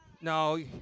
No